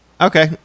Okay